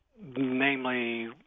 namely